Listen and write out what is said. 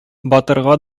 батырга